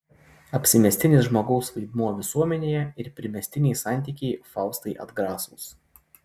apsimestinis žmogaus vaidmuo visuomenėje ir primestiniai santykiai faustai atgrasūs